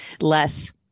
Less